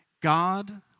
God